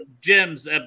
Jim's